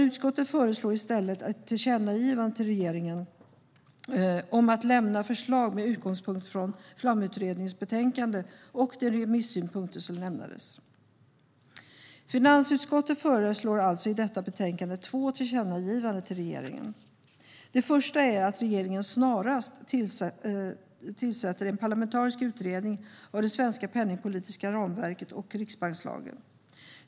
Utskottet föreslår i stället ett tillkännagivande till regeringen om att lämna förslag med utgångspunkt i Flamutredningens betänkande och de remissynpunkter som lämnades. Finansutskottet föreslår alltså i detta betänkande två tillkännagivanden till regeringen. Det första är att regeringen snarast tillsätter en parlamentarisk utredning av det svenska penningpolitiska ramverket och riksbankslagen.